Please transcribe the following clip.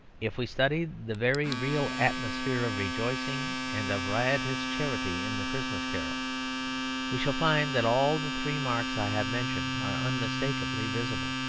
if we study the very real atmosphere of rejoicing and of riotous charity in the christmas carol we shall find that all the three marks i have mentioned are unmistakably visible.